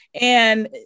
And-